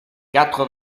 quatre